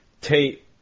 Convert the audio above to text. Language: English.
Tate